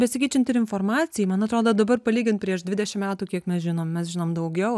besikeičiant ir informacijai man atrodo dabar palygint prieš dvidešimt metų kiek mes žinom mes žinom daugiau